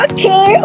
Okay